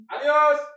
Adios